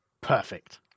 Perfect